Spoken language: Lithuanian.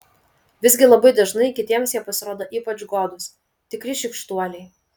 visgi labai dažnai kitiems jie pasirodo ypač godūs tikri šykštuoliai